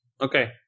Okay